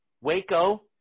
Waco